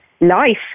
life